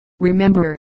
Remember